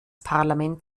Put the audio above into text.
parlament